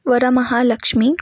Varamahalakshmi